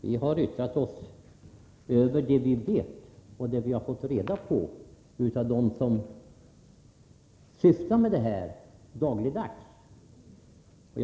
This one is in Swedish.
Vi har yttrat oss över det vi vet och det vi har fått reda på av dem som dagligdags sysslar med dessa ärenden.